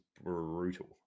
brutal